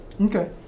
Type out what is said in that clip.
Okay